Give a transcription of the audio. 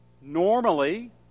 normally